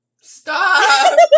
Stop